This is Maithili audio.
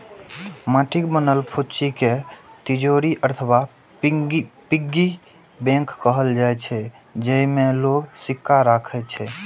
माटिक बनल फुच्ची कें तिजौरी अथवा पिग्गी बैंक कहल जाइ छै, जेइमे लोग सिक्का राखै छै